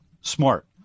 smart